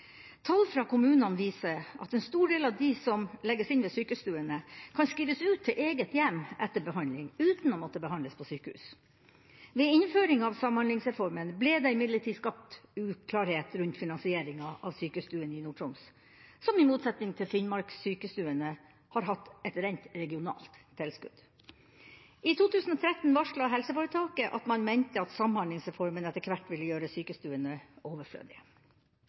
Tall fra kommunene viser at en stor del av dem som legges inn ved sykestuene, kan skrives ut til eget hjem etter behandling, uten å måtte behandles på sykehus. Ved innføring av Samhandlingsreformen ble det imidlertid skapt uklarhet rundt finansieringa av sykestuene i Nord-Troms, som i motsetning til sykestuene i Finnmark har hatt et reint regionalt tilskudd. I 2013 varslet helseforetaket at man mente at Samhandlingsreformen etter hvert ville gjøre sykestuene